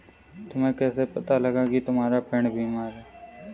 तुम्हें कैसे पता लगा की तुम्हारा पेड़ बीमार है?